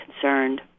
concerned